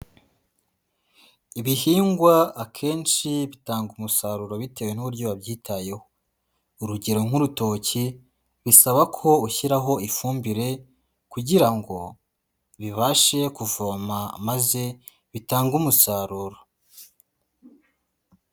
Ibihingwa akenshi bitanga umusaruro bitewe n'uburyo wabyitayeho, urugero nk'urutoki bisaba ko ushyiraho ifumbire kugira ngo bibashe kuvoma maze bitange umusaruro.